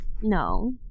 No